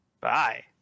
bye